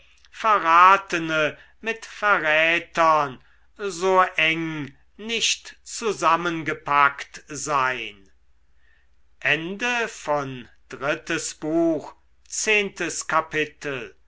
verratene mit verrätern so eng nicht zusammengepackt sein